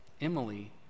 Emily